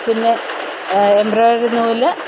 പിന്നെ എംബ്രോയിഡറി നൂല്